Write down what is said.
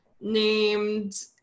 named